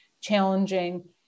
challenging